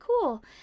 cool